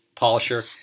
polisher